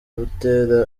buteera